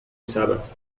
sabbath